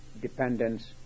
dependence